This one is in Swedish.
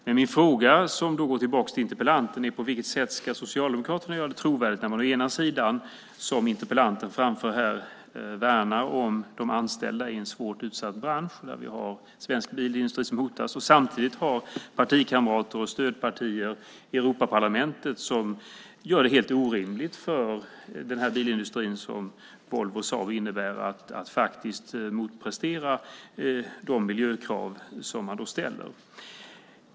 Min fråga till interpellanten är: På vilket sätt blir Socialdemokraterna trovärdiga när man säger sig värna om de anställda i en svårt utsatt bransch, som interpellanten framförde här, samtidigt som partikamrater och stödpartier i Europaparlamentet gör det helt orimligt för bilindustrin att motprestera de miljökrav man ställer?